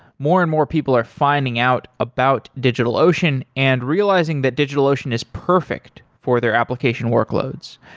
more and more people are finding out about digitalocean and realizing that digitalocean is perfect for their application workloads.